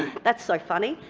that's so funny.